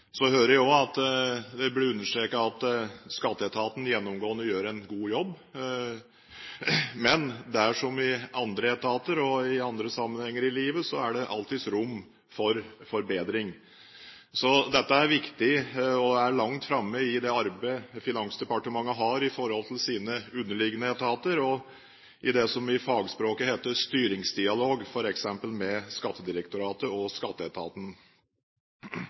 Så hører jeg også at det blir understreket at Skatteetaten gjennomgående gjør en god jobb. Men det er, som i andre etater og i andre sammenhenger i livet, alltid rom for forbedring. Så dette er viktig og langt framme i det samarbeidet Finansdepartementet har med sine underliggende etater i det som på fagspråket heter «styringsdialog», f.eks. med Skattedirektoratet og Skatteetaten.